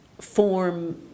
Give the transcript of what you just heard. form